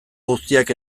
guztiak